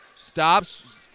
stops